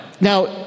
Now